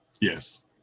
Yes